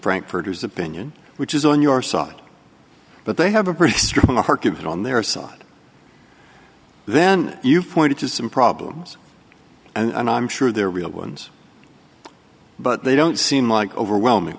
frankfurters opinion which is on your side but they have a pretty strong argument on their side then you've pointed to some problems and i'm sure they're real ones but they don't seem like overwhelming